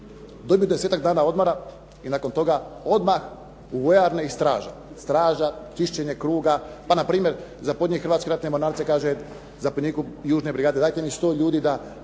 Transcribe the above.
Dobrih desetak dana odmora i nakon toga odmah u vojarne i straže. Straža, čišćenje kruga pa npr. zapovjednik Hrvatske ratne mornarice kaže zapovjedniku južne brigade dajte mi 100 ljudi da